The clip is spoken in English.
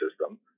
system